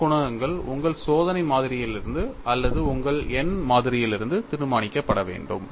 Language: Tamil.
அந்த குணகங்கள் உங்கள் சோதனை மாதிரியிலிருந்து அல்லது உங்கள் எண் மாதிரியிலிருந்து தீர்மானிக்கப்பட வேண்டும்